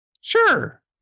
Sure